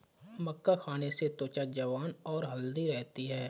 मक्का खाने से त्वचा जवान और हैल्दी रहती है